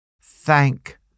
Thank